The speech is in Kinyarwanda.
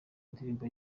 ndirimbo